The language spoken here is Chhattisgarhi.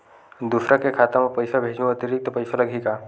दूसरा के खाता म पईसा भेजहूँ अतिरिक्त पईसा लगही का?